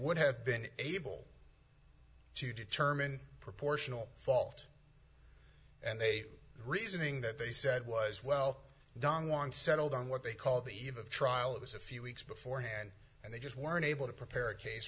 would have been able to determine proportional fault and they reasoning that they said was well don juan settled on what they call the eve of trial it was a few weeks beforehand and they just weren't able to prepare a case